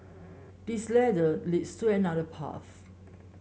this ladder leads to another path